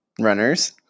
runners